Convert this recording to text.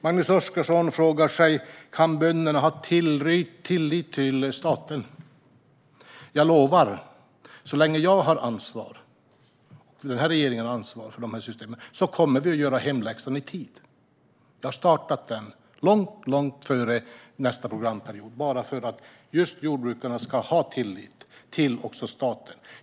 Magnus Oscarsson frågar sig: Kan bönderna ha tillit till staten? Jag lovar att så länge jag och den här regeringen har ansvar för dessa system kommer vi att göra hemläxan i tid. Jag har startat detta långt före nästa programperiod, bara för att jordbrukarna ska ha tillit till staten.